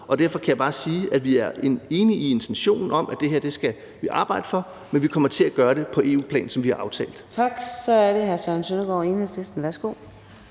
at vi er enige i intentionen om, at det her skal vi arbejde for, men vi kommer til at gøre det på EU-plan,